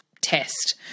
test